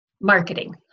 marketing